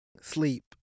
sleep